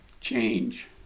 change